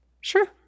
Sure